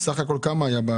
סך הכל כמה היה?